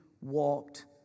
walked